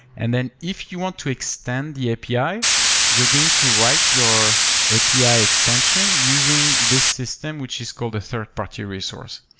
and then if you want to extend the api, you're going to write your api extension using this system, which is called a third-party resource.